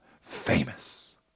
famous